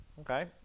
Okay